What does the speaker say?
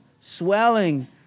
swelling